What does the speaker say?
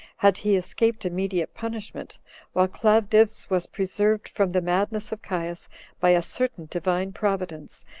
had he escaped immediate punishment while claudius was preserved from the madness of caius by a certain divine providence,